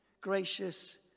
gracious